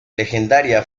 legendaria